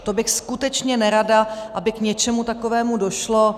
To bych skutečně byla nerada, aby k něčemu takovému došlo.